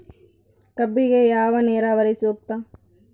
ಕಬ್ಬಿಗೆ ಯಾವ ನೇರಾವರಿ ಸೂಕ್ತ?